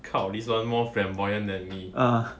kao this [one] more flamboyant than me